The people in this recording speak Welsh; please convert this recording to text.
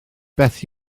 beth